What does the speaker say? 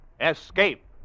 Escape